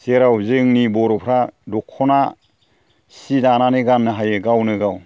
जेराव जोंनि बर'फ्रा दख'ना सि दानानै गाननो हायो गावनो गाव